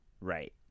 Right